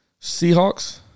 Seahawks